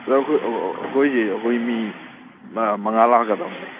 ꯑꯣꯖꯥ ꯑꯩꯈꯣꯏꯁꯦ ꯑꯩꯈꯣꯏ ꯃꯤ ꯃꯉꯥ ꯂꯥꯛꯀꯗꯕꯅꯦ